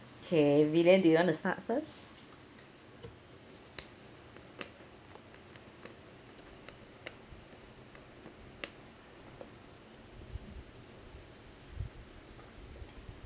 kay bee lian do you want to start first